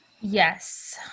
yes